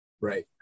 Right